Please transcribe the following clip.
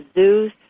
Zeus